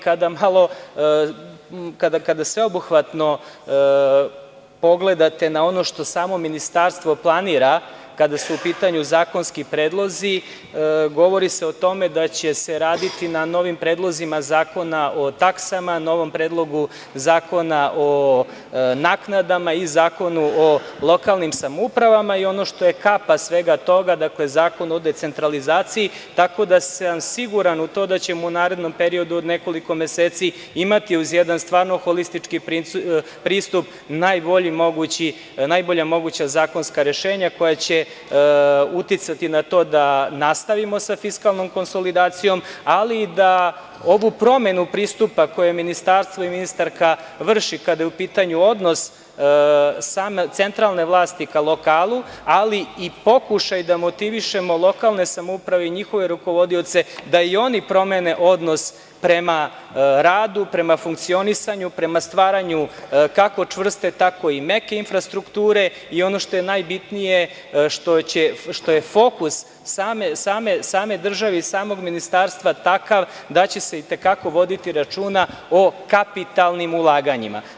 Kada sveobuhvatno pogledate na ono što samo ministarstvo planira kada su u pitanju zakonski predlozi, govori se o tome da će se raditi na novim predlozima zakona o taksama, novom predlogu zakona o naknadama i zakonu o lokalnim samoupravama i ono što je kapa svega toga, dakle zakon o decentralizaciji, tako da sam siguran u to da ćemo u narednom periodu od nekoliko meseci imati uz jedan stvarno holistički pristup najbolja moguća zakonska rešenja koja će uticati na to da nastavimo sa fiskalnom konsolidacijom, ali da ovu promenu pristupa koju ministarstvo i ministarka vrši kada je u pitanju odnos same centralne vlasti ka lokalu, ali i pokušaj da motivišemo lokalne samouprave i njihove rukovodioce da i oni promene odnos prema radu, prema funkcionisanju, prema stvaranju, kako čvrste tako i meke, infrastrukture i, ono što je najbitnije, što je fokus same države i samog ministarstva takav da će se i te kako voditi računa o kapitalnim ulaganjima.